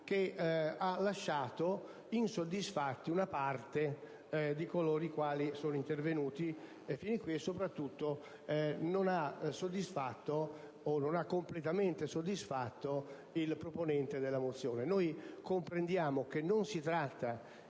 ha lasciato insoddisfatti una parte di coloro i quali sono intervenuti e, soprattutto, non ha completamente soddisfatto il primo proponente della mozione. Comprendiamo che non si tratta